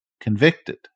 convicted